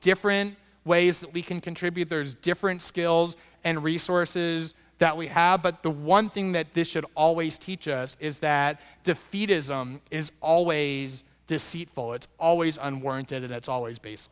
different ways that we can contribute there's different skills and resources that we have but the one thing that this should always teach us is that defeatism is always deceitful it's always unwarranted it's always bas